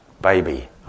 baby